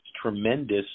tremendous